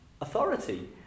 authority